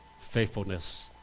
faithfulness